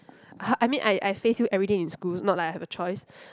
I I mean I I face you everyday in schools not like I have a choice